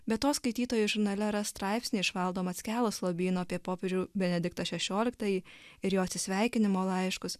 be to skaitytojai žurnale ras straipsnį iš valdo mackelos lobyno apie popiežių benediktą šešioliktąjį ir jo atsisveikinimo laiškus